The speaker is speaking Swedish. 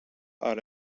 har